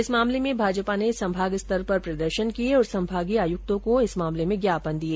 इस मामले में भाजपा ने संभाग स्तर पर प्रदर्शन किए और संभागीय आयुक्तों को इस मामले में ज्ञापन दिए